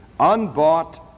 unbought